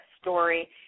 story